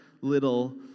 little